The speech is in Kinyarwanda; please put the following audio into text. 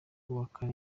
kubaka